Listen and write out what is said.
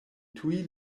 tuj